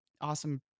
awesome